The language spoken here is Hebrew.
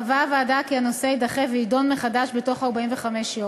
קבעה הוועדה כי הנושא יידחה ויידון מחדש בתוך ארבעים-וחמש יום.